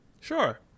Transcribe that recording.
sure